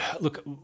look